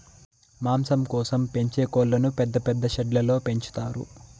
మాంసం కోసం పెంచే కోళ్ళను పెద్ద పెద్ద షెడ్లలో పెంచుతారు